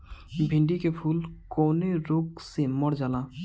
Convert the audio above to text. भिन्डी के फूल कौने रोग से मर जाला?